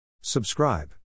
Subscribe